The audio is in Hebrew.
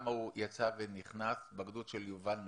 כמה הוא יצא ונכנס בגדוד של יובל נריה,